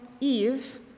Eve